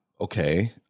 Okay